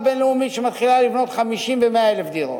בין-לאומית שמתחילה לבנות 50,000 100,000 דירות.